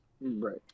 right